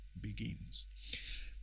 begins